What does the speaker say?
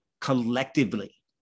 collectively